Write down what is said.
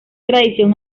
tradición